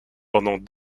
pendant